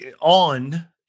On